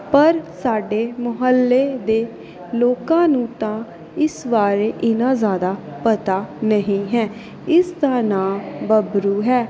ਪਰ ਸਾਡੇ ਮੁਹੱਲੇ ਦੇ ਲੋਕਾਂ ਨੂੰ ਤਾਂ ਇਸ ਬਾਰੇ ਇੰਨਾ ਜ਼ਿਆਦਾ ਪਤਾ ਨਹੀਂ ਹੈ ਇਸ ਦਾ ਨਾਂ ਬਬਰੂ ਹੈ